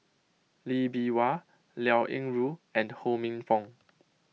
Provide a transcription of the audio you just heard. Lee Bee Wah Liao Yingru and Ho Minfong